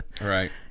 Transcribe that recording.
Right